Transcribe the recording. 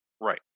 Right